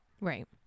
Right